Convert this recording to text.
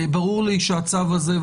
ברור לי שהצו הזה,